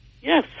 Yes